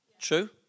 True